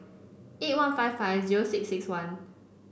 eight one five five zero six six one